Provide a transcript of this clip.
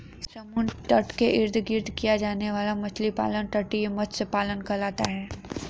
समुद्र तट के इर्द गिर्द किया जाने वाला मछली पालन तटीय मत्स्य पालन कहलाता है